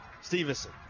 Stevenson